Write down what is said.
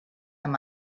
amb